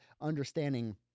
understanding